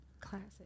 Classic